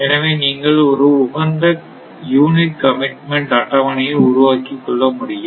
எனவே நீங்கள் ஒரு உகந்த யூனிட் கமிட்மெண்ட் அட்டவணையை உருவாக்கிக் கொள்ள முடியும்